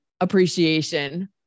appreciation